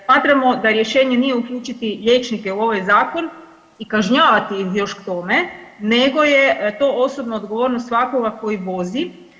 Smatramo da rješenje nije uključiti liječnike u ovaj zakon i kažnjavati ih još k tome nego je to osobna odgovornost svakoga koji vozi.